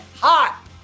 hot